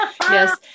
Yes